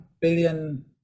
billion